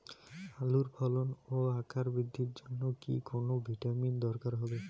আলুর ফলন ও আকার বৃদ্ধির জন্য কি কোনো ভিটামিন দরকার হবে?